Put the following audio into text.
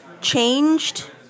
changed